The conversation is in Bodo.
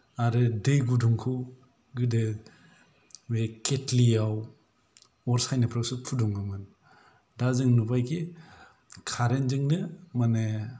आरो दै गुदुंखौ गोदो बे केतलि याव अर सायनायफ्रावसो फुदुङोमोन दा जों नुबाय कि कारेन्त जोंनो माने